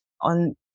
on